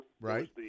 Right